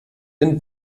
den